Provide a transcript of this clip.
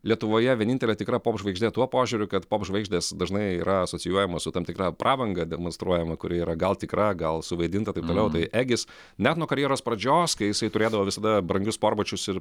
lietuvoje vienintelė tikra popžvaigždė tuo požiūriu kad popžvaigždės dažnai yra asocijuojamos su tam tikra prabanga demonstruojama kuri yra gal tikra gal suvaidinta taip toliau tai egis net nuo karjeros pradžios kai jisai turėdavo visada brangius sportbačius ir